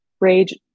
rage